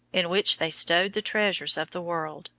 in which they stowed the treasures of the world,